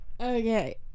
Okay